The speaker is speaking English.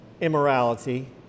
immorality